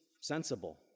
sensible